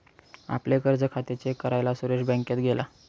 आपले कर्ज खाते चेक करायला सुरेश बँकेत गेला